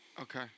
Okay